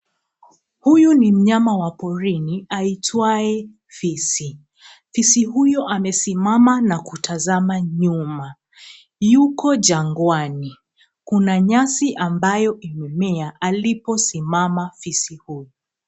Huyu ni mnyama wa porini aitwaye fisi. Fisi huyu amesimama na kutazama nyuma. Yuko jangwani. Kuna nyasi ambayo imemea alipo simama fisi huyu.